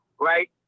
Right